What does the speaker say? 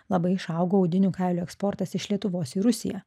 labai išaugo audinių kailių eksportas iš lietuvos į rusiją